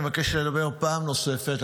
אני מבקש לדבר פעם נוספת,